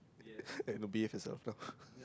eh no behave youself now